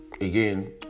again